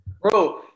Bro